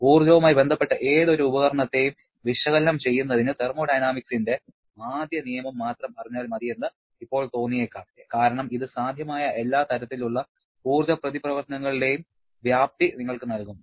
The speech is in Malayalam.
ഊർജ്ജവുമായി ബന്ധപ്പെട്ട ഏതൊരു ഉപകരണത്തെയും വിശകലനം ചെയ്യുന്നതിന് തെർമോഡൈനാമിക്സിന്റെ ആദ്യ നിയമം മാത്രം അറിഞ്ഞാൽ മതിയെന്ന് ഇപ്പോൾ തോന്നിയേക്കാം കാരണം ഇത് സാധ്യമായ എല്ലാ തരത്തിലുള്ള ഊർജ്ജ പ്രതിപ്രവർത്തനങ്ങളുടെയും വ്യാപ്തി നിങ്ങൾക്ക് നൽകും